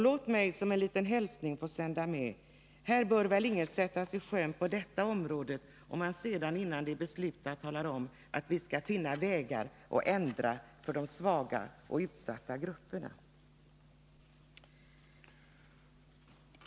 Låt mig som en liten hälsning få säga: Ingen bör väl sättas i sjön på detta område, om vi innan vi fattar beslutet talar om att vi skall finna vägar att förändra för de svaga och utsatta grupperna.